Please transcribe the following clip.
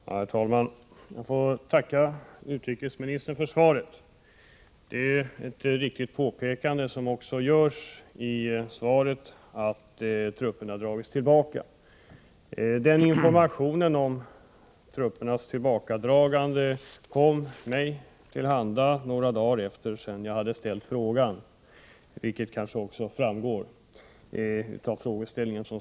Herr talman! Jag får tacka utrikesministern för svaret. Det är ett riktigt påpekande som görs i svaret att trupperna dragits tillbaka. Informationen om truppernas tillbakadragande kom mig till handa några dagar efter det att jag ställt frågan, vilket kanske också framgår av frågan.